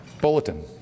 bulletin